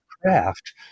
craft